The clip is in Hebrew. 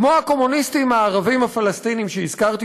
כמו הקומוניסטים הערבים הפלסטינים שהזכרתי,